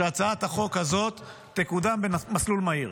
שהצעת החוק הזאת תקודם במסלול מהיר.